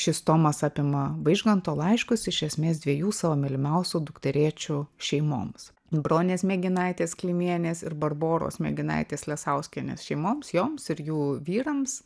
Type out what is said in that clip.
šis tomas apima vaižganto laiškus iš esmės dviejų savo mylimiausių dukterėčių šeimoms bronės mėginaitės klimienės ir barboros mėginaitės lesauskienės šeimoms joms ir jų vyrams